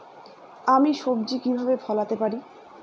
আমি সবজি কিভাবে ফলাতে পারি?